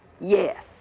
Yes